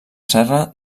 serra